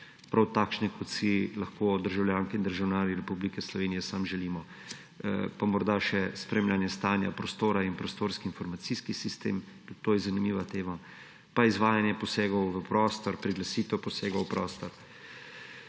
prav takšne, kot si lahko državljanke in državljani Republike Slovenije samo želimo. Pa morda še spremljanje stanja prostora in prostorski informacijski sistem – tudi to je zanimiva tema –, pa izvajanje posegov v prostor, priglasitev posegov v prostor,